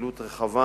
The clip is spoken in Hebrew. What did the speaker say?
פעילות רחבה.